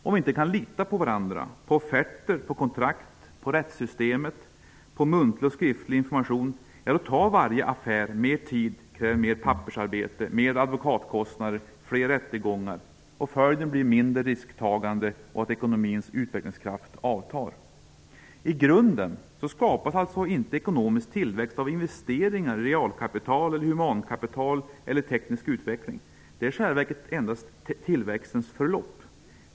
Om vi inte kan lita på varandra, på offerter och kontrakt, på rättssystemet, på muntlig och skriftlig information, då tar varje affär mer tid, kräver mer pappersarbete, mer advokatkostnader, fler rättegångar. Följden blir mindre risktagande och att ekonomins utvecklingskraft avtar. I grunden skapas alltså inte ekonomisk tillväxt av investeringar i realkapital, humankapital eller teknisk utveckling. Detta är i själva verket endast tillväxtens förlopp.